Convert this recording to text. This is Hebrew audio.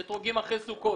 אלה אתרוגים אחרי סוכות.